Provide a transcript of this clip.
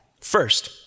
First